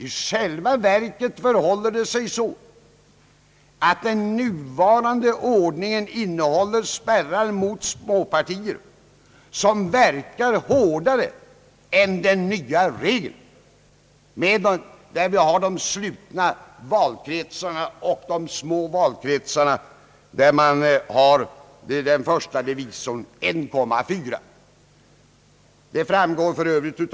I själva verket förhåller det sig så att den nuvarande ordningen innehåller spärrar mot småpartier som verkar hårdare än den nya regeln med de slutna och små valkretsarna och den första divisorn 1,4.